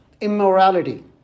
immorality